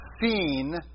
seen